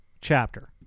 chapter